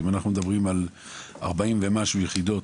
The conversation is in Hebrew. אם אנחנו מדברים על 40 ומשהו יחידות,